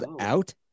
Out